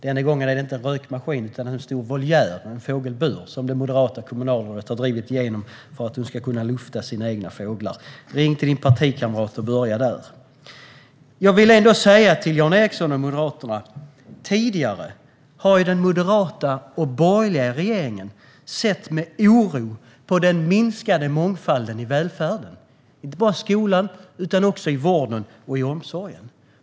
Denna gång är det inte inköp av en rökmaskin utan en stor voljär, en fågelbur, som det moderata kommunalrådet har drivit igenom för att kunna lufta sina egna fåglar. Ring till din partikamrat, och börja där! Jag vill ändå säga till Jan Ericson och Moderaterna att tidigare har den moderata och borgerliga regeringen sett med oro på den minskande mångfalden i välfärden, inte bara i skolan utan också i vården och omsorgen.